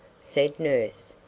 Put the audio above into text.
said nurse.